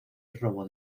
robo